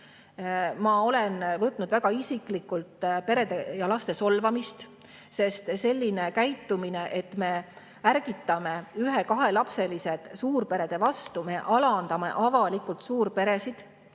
Ma olen võtnud väga isiklikult perede ja laste solvamist, sest selline käitumine, et me ärgitame ühe- ja kahelapselised pered suurperede vastu – nii me alandame avalikult suurperesid,